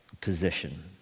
position